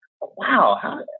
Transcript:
wow